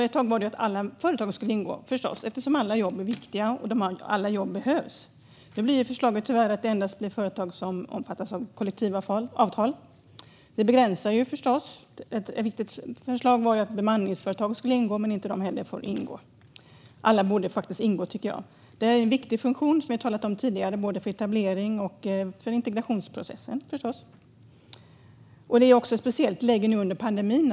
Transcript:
Ett tag hette det att alla företag skulle ingå, förstås, eftersom alla jobb är viktiga och alla jobb behövs. Men nu blir förslaget tyvärr att endast företag som omfattas av kollektivavtal kommer att ingå. Det är en begränsning. Ett viktigt förslag var också att bemanningsföretag skulle ingå, men nu får de inte vara med. Alla borde faktiskt ingå, tycker jag. Detta är en viktig funktion både för etablering och för integrationsprocessen. Det är också ett speciellt läge nu under pandemin.